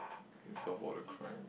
can solve all the crime